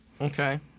Okay